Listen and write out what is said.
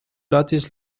لاتیس